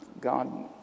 God